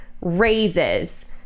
raises